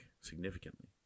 significantly